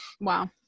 Wow